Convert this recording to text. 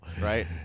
right